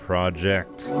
project